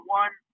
one